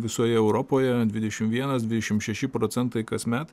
visoje europoje dvidešim vienas dvidešim šeši procentai kasmet